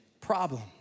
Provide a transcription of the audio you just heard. problem